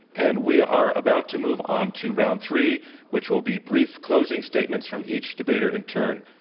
and we are about to move on to round three which will be brief closing statements from each debater in turn.